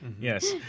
yes